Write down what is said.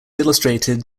illustrated